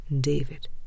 David